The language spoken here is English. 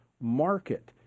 market